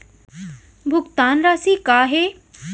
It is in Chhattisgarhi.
भुगतान राशि का हे?